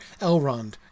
Elrond